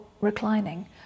reclining